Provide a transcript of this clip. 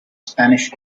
spanish